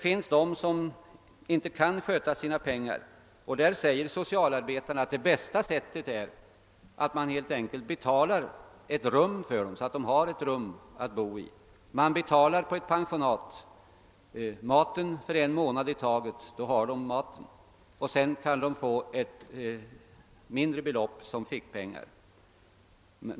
För dem som inte kan sköta sina pengar menar socialarbetarna att det bästa sättet är att man helt enkelt betalar ett rum, där de kan bo, och för en månad i taget betalar maten på ett pensionat. Därutöver kan de få ett mindre belopp i fickpengar.